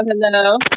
hello